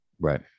Right